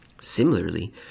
Similarly